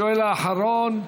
השואל האחרון.